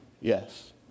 Yes